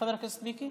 חבר הכנסת מיקי?